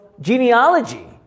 genealogy